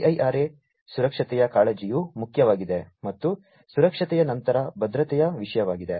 IIRA ಸುರಕ್ಷತೆಯ ಕಾಳಜಿಯು ಮುಖ್ಯವಾಗಿದೆ ಮತ್ತು ಸುರಕ್ಷತೆಯ ನಂತರ ಭದ್ರತೆಯ ವಿಷಯವಾಗಿದೆ